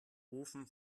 ofen